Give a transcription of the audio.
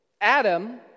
Adam